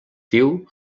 diu